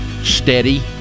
Steady